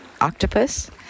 octopus